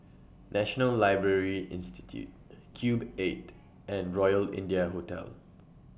National Library Institute Cube eight and Royal India Hotel